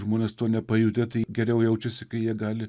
žmonės to nepajutę tai geriau jaučiasi kai jie gali